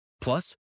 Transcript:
Plus